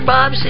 Bob